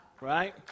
Right